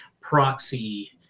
proxy